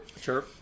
Sure